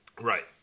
Right